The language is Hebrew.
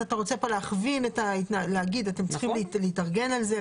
אתה רוצה כאן להגיד אתם צריכים להתארגן על זה,